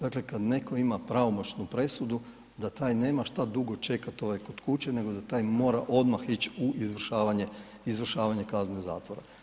Dakle, kada netko ima pravomoćnu presudu da taj nema što dugo čekati kod kuće nego da taj mora odmah ići u izvršavanje kazne zatvora.